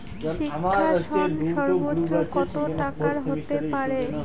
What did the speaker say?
শিক্ষা ঋণ সর্বোচ্চ কত টাকার হতে পারে?